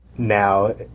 Now